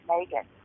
Megan